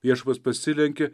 viešpats pasilenkė